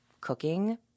cooking